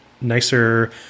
nicer